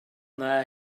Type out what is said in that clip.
there